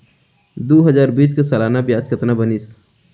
दू हजार बीस के सालाना ब्याज कतना बनिस?